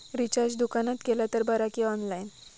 Recharge दुकानात केला तर बरा की ऑनलाइन?